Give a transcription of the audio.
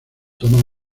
toma